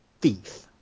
Thief